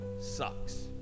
sucks